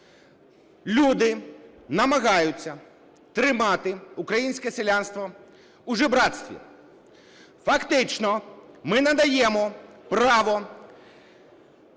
люди намагаються тримати українське селянство у жебрацтві. Фактично ми надаємо право